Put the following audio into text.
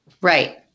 Right